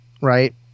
right